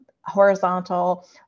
horizontal